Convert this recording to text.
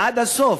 עד הסוף.